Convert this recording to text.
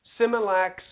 Similac